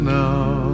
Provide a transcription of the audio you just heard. now